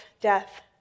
death